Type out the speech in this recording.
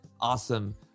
awesome